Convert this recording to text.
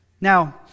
Now